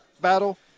battle